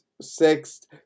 sixth